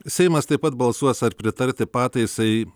seimas taip pat balsuos ar pritarti pataisai